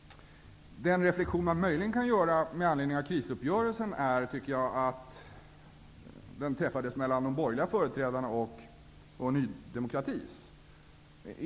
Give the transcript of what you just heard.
Den reflexion man möjligen kan göra med anledning av krisuppgörelsen är, tycker jag, att den träffades mellan de borgerliga företrädarna och Ny demokratis företrädare.